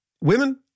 women